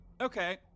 Okay